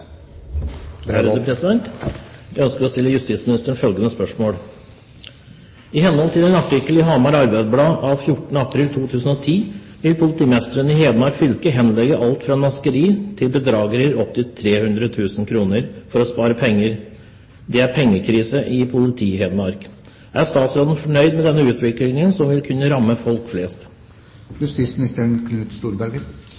april 2010 vil politimesteren i Hedmark fylke henlegge alt fra naskeri til bedragerier opp til 300 000 kroner for å spare penger. Det er pengekrise i Politi-Hedmark. Er statsråden fornøyd med denne utviklingen som vil kunne ramme folk